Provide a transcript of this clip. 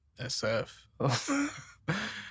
SF